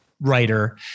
writer